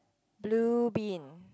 blue bean